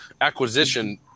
acquisition